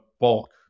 bulk